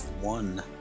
one